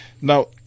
now